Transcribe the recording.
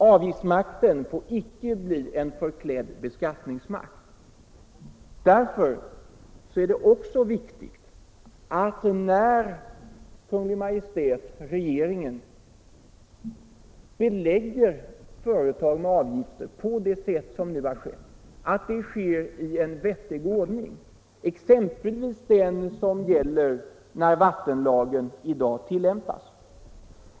Avgiftsmakten får icke bli en förklädd beskattningsmakt. Därför är det också viktigt att när Kungl. Maj:t, regeringen, belägger företag med avgifter, som nu har skett, så skall detta göras i en vettig ordning, exempelvis den som gäller när vattenlagen i dag tillämpas.